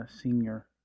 senior